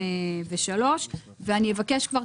30.6.2023. ואני אבקש כבר,